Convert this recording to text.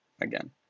again